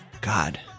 God